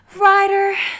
Writer